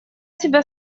тебя